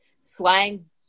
slang